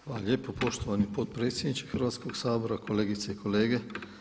Hvala lijepo poštovani potpredsjedniče Hrvatskog sabora, kolegice i kolege.